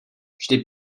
vždy